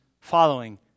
following